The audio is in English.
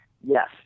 Yes